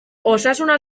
osasuna